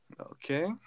okay